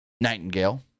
Nightingale